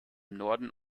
norden